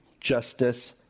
justice